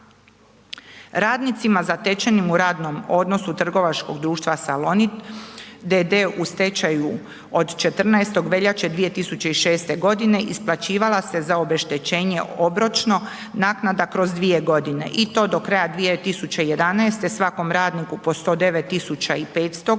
Radnicima zatečenima u radnom odnosu trgovačkog društva Salonit d.d. u stečaju od 14. veljače 2006. g., isplaćivala se za obeštećenje obročno naknada kroz 2 g. i to do kraja 2011., svakom radniku po 109 500